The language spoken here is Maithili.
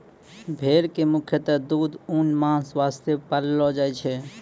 भेड़ कॅ मुख्यतः दूध, ऊन, मांस वास्तॅ पाललो जाय छै